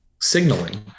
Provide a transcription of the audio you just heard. signaling